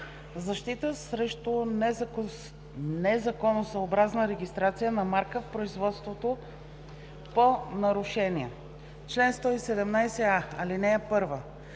„Защита срещу незаконосъобразна регистрация на марка в производството по нарушение Чл. 117а (1)